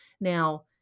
Now